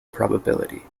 probability